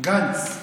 גנץ.